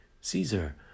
Caesar